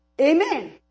Amen